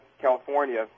California